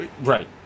right